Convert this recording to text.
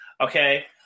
Okay